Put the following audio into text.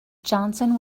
johnson